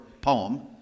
poem